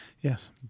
Yes